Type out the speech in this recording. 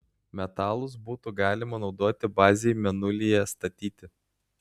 metalus būtų galima naudoti bazei mėnulyje statyti